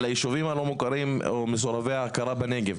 על הישובים הלא מוכרים או מסורבי ההכרה בנגב.